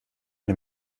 den